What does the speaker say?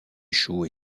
chaud